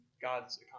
God's